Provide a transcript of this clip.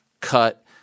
cut